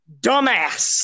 Dumbass